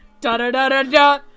Da-da-da-da-da